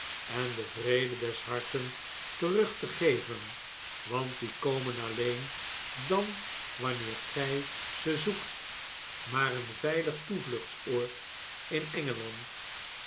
en den vrede des harten terug te geven want die komen alleen dan wanneer gij ze zoekt maar een veilig toevluchtsoord in